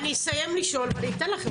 אני אסיים לשאול ואני אתן לכם.